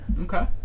Okay